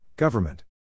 Government